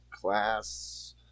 class